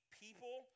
people